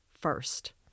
first